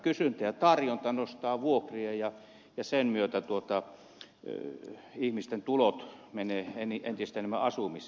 kysyntä ja tarjonta nostavat vuokria ja sen myötä ihmisten tulot menevät entistä enemmän asumiseen